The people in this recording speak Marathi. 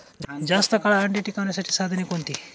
जास्त काळ अंडी टिकवण्यासाठी साधने कोणती?